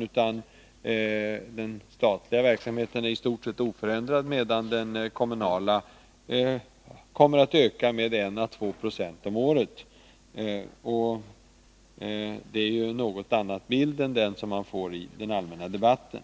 utan den statliga verksamheten är i stort sett oförändrad, medan den kommunala kommer att öka med 1 å 2 90 om året. Det är en något annan bild än den man får i den allmänna debatten.